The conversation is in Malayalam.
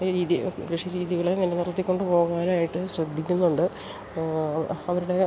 ഒര് രീതി കൃഷി രീതികളെ നിലനിർത്തിക്കൊണ്ട് പോകാനായിട്ട് ശ്രദ്ധിക്കുന്നുണ്ട് അവരുടെ